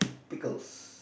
pickles